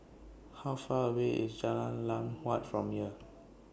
How Far away IS Jalan Lam Huat from here